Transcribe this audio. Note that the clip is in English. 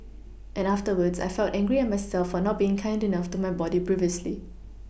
and afterwards I felt angry at myself for not being kind enough to my body previously